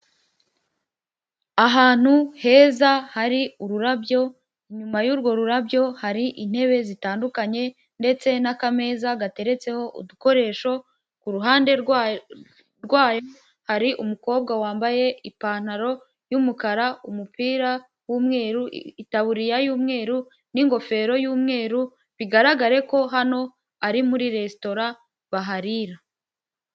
Ahantu heza hari ururabyo inyuma yurwo rurabyo hari intebe zitandukanye ndetse n'akameza gateretseho udukoresho kuruhande hari umukobwa wambaye ipantaro y'umukara, umupira w'umweru, itaburiya y'umweru n'ingofero yumweru bigaragare ko hano ari muri resitora baharira.